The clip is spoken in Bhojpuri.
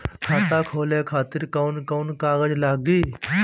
खाता खोले खातिर कौन कौन कागज लागी?